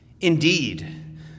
Indeed